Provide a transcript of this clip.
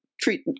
treat